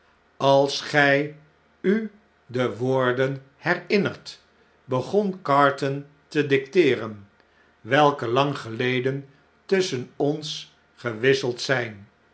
als gtj u de woorden herinnert begon carton te dicteeren welke lang geleden'tusschen ons gewisseld zp